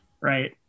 Right